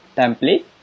template